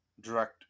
direct